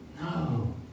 No